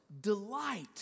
Delight